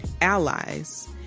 allies